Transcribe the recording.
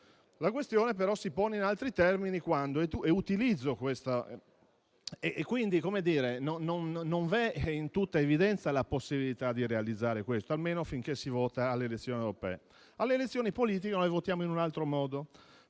La questione però si pone in altri termini, non vi è in tutta evidenza la possibilità di realizzare questo, almeno finché si vota alle elezioni europee. Alle elezioni politiche noi votiamo in un altro modo,